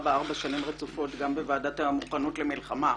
בה ארבע שנים רצופות וגם לוועדה למוכנות למלחמה,